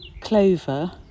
clover